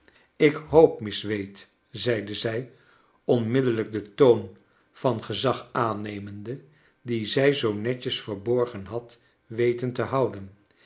ik hoop miss wade zeide zij onmiddellijk den toon van gezag aannemende dien zij zoo netjes verborgen had weten te houden